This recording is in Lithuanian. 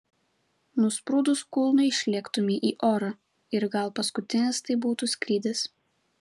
nusprūdus kulnui išlėktumei į orą ir gal paskutinis tai būtų skrydis